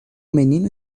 menino